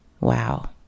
Wow